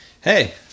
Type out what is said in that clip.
Hey